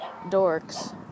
dorks